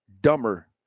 dumber